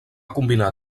combinar